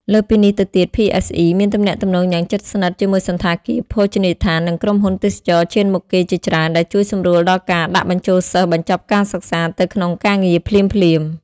លើសពីនេះទៅទៀត ភីអេសអឺមានទំនាក់ទំនងយ៉ាងជិតស្និទ្ធជាមួយសណ្ឋាគារ ភោជនីយដ្ឋាន និងក្រុមហ៊ុនទេសចរណ៍ឈានមុខគេជាច្រើន ដែលជួយសម្រួលដល់ការដាក់បញ្ចូលសិស្សបញ្ចប់ការសិក្សាទៅក្នុងការងារភ្លាមៗ។